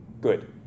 Good